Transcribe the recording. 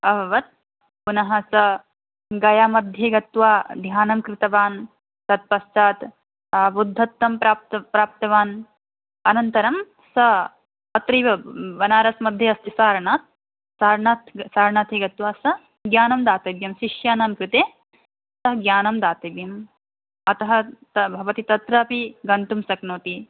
अभवत् पुनः सः गया मध्ये गत्वा ध्यानं कृतवान् तत्पश्चात् बुद्धत्वं प्राप्त् प्राप्तवान् अनन्तरं सः अत्रैव बनारस् मध्ये अस्ति सारणाथ् सारनाथ् सारनाथे गत्वा सः ज्ञानं दातव्यं शिष्यानां कृते सः ज्ञानं दातव्यम् अतः भवति तत्रापि गन्तुं शक्नोति